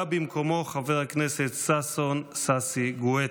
בא במקומו חבר הכנסת ששון ששי גואטה.